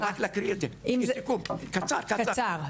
קצר.